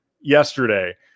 yesterday